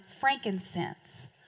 frankincense